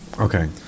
Okay